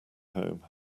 home